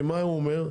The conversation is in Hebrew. כי מה הוא אומר?